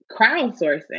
crowdsourcing